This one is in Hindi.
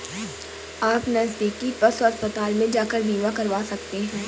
आप नज़दीकी पशु अस्पताल में जाकर बीमा करवा सकते है